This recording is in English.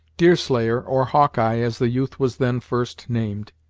deerslayer or hawkeye, as the youth was then first named,